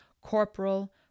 corporal